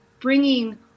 bringing